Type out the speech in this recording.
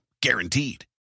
Guaranteed